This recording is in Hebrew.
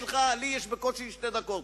לי יש בקושי שתי דקות.